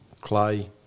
clay